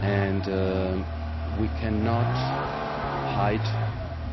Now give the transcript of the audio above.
and we cannot hide